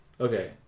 Okay